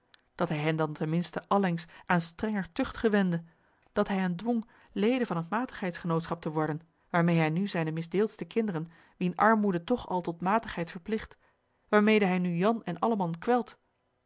dat hij hen dan ten minste allengs aan strenger tucht gewende dat hij hen dwong leden van het m a t i g h e i d s g e n o o t s c h a p te worden waarmeê hij nu zijne misdeeldste kinderen wien armoede toch al tot matigheid verpligt waarmede hij nu jan en alleman kwelt